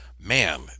man